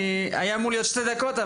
היה אמור להיות שתי דקות,